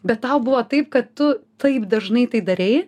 bet tau buvo taip kad tu taip dažnai tai darei